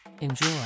Enjoy